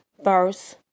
verse